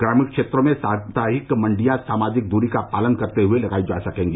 ग्रामीण क्षेत्रों में साप्ताहिक मण्डियां सामाजिक दूरी का पालन करते हुए लगाई जा सकेंगी